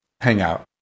hangout